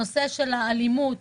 הנושא של האלימות,